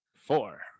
Four